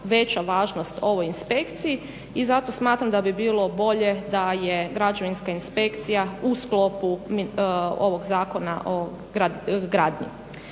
veća važnost ovoj inspekciji i zato smatram da bi bilo bolje da je građevinska inspekcija u sklopu ovog Zakona o gradnji.